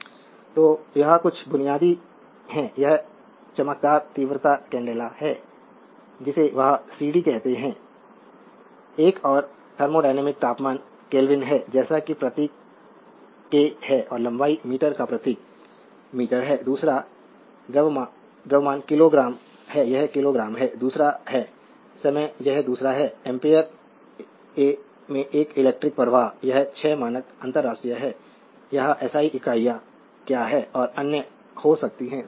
slide समय देखें 1154 तो यह छह बुनियादी है एक चमकदार तीव्रता कैंडेला है जिसे वह सीडी कहते हैं एक और थर्मोडायनामिक तापमान केल्विन है जैसा कि प्रतीक K है और लंबाई मीटर का प्रतीक मीटर है दूसरा द्रव्यमान किलोग्राम है यह किलोग्राम है दूसरा है समय यह दूसरा है एम्पीयर ए में एक इलेक्ट्रिक प्रवाह यह 6 मानक अंतरराष्ट्रीय है या एसआई इकाइयाँ क्या हैं जो अन्य हो सकती हैं